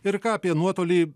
ir ką apie nuotolį